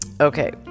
okay